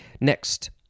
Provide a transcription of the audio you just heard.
Next